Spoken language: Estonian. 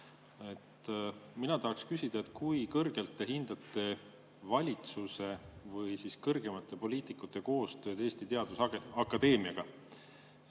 Mina tahaksin küsida, kui kõrgelt te hindate valitsuse või kõrgemate poliitikute koostööd Eesti Teaduste Akadeemiaga.